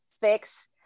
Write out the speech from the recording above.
fix